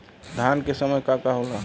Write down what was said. धान के समय का का होला?